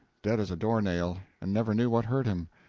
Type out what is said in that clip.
dead as a door-nail, and never knew what hurt him.